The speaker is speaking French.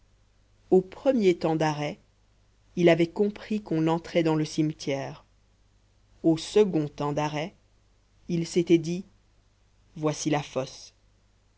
au premier temps d'arrêt il avait compris qu'on entrait dans le cimetière au second temps d'arrêt il s'était dit voici la fosse